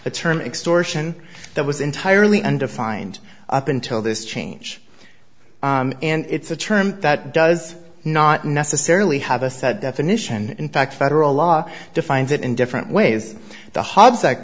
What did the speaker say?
the term extortion that was entirely undefined up until this change and it's a term that does not necessarily have a set definition in fact federal law defines it in different ways the hobs